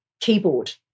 keyboard